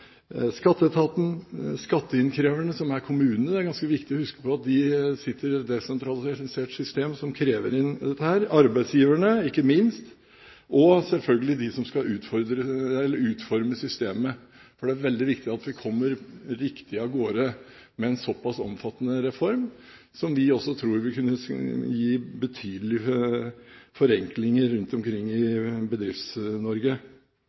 skatteetaten, skatteinnkreverne – som er kommunene, det er ganske viktig å huske på at de sitter i et desentralisert system som krever inn dette – arbeidsgiverne, ikke minst, og selvfølgelig de som skal utforme systemet. For det er veldig viktig at vi kommer riktig av gårde med en såpass omfattende reform, som vi også tror vil kunne gi betydelige forenklinger rundt omkring